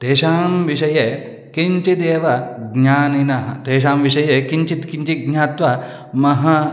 तेषां विषये किञ्चित् एव ज्ञानिनः तेषां विषये किञ्चित् किञ्चित् ज्ञात्वा महा